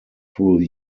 through